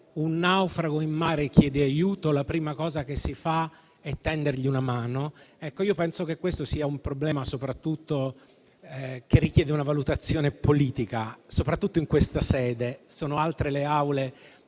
un naufrago in mare chiede aiuto, la prima cosa che si fa è tendergli una mano, penso che sia un problema che richiede una valutazione politica, soprattutto in questa sede. Sono altre le aule